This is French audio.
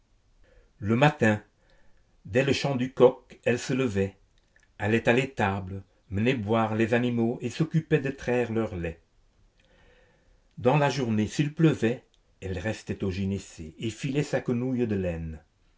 le matin dès le chant du coq elle se levait allait à l'étable menait boire les animaux et s'occupait de traire leur lait dans la journée s'il pleuvait elle restait au gynécée et filait sa quenouille de laine